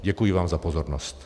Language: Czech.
Děkuji vám za pozornost.